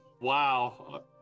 Wow